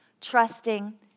trusting